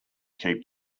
keep